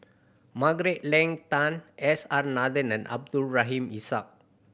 Margaret Leng Tan S R Nathan and Abdul Rahim Ishak